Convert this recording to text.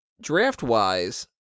draft-wise